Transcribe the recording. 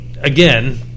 again